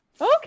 Okay